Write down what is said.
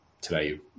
Today